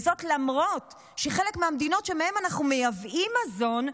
וזאת למרות שחלק מהמדינות שמהן אנחנו מייבאים מזון,